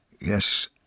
Yes